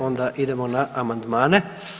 Onda idemo na amandmane.